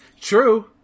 True